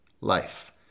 life